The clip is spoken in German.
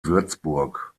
würzburg